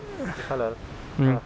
mm uh mm